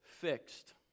fixed